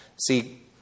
See